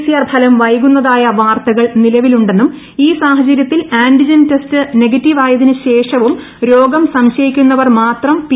CR ഫലം വൈകുന്നതായ വാർത്തകൾ നിലവിലുണ്ടെന്നും ഈ സാഹചര്യത്തിൽ ആന്റിജൻ ടെസ്റ്റ് നെഗറ്റീവായതിനുശേഷ്വും രോഗം സംശയിക്കുന്നവർ മാത്രം പി